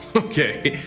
okay?